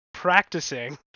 practicing